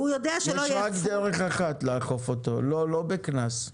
ישנה רק דרך אחת לאכוף אותו, לא בקנס.